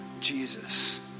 Jesus